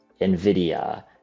NVIDIA